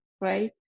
right